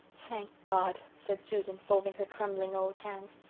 thank god, said susan, folding her trembling old hands,